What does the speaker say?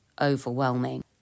overwhelming